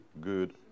good